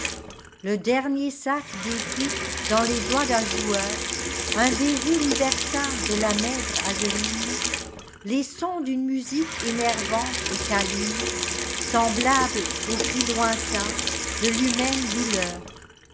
le dernier sac d'écus dans les doigts d'un joueur un baiser libertin de la maigre adeline les sons d'une musique énervante et câline semblable au cri lointain de l'humaine douleur